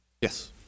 Yes